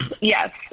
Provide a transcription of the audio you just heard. yes